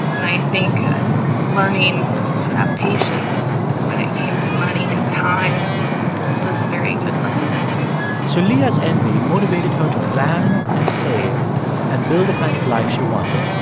and i think learning that patience when it came to money and time was a very good lesson so leah's envy motivated her to plan and save and build the kind of life she wanted.